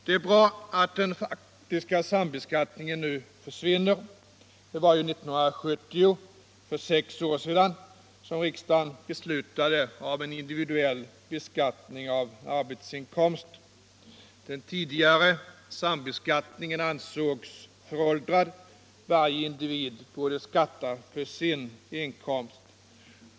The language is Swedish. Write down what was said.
Det är bra att den faktiska sambeskattningen nu försvinner. Det var 1970, för sex år sedan, som riksdagen beslutade om en individuell beskattning av arbetsinkomsten. Den tidigare sambeskattningen ansågs föråldrad, varje individ borde skatta för sin inkomst.